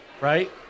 right